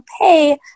pay